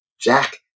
Jack